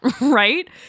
right